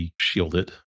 shielded